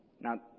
Now